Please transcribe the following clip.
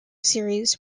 series